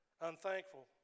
unthankful